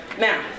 Now